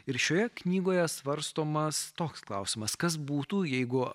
ir šioje knygoje svarstomas toks klausimas kas būtų jeigu